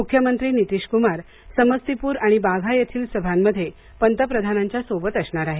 मुख्यमंत्री नितीश कुमार समस्तीपुर आणि बाघा येथील सभांमध्ये पंतप्रधानांच्या सोबत असणार आहेत